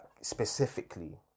specifically